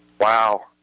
Wow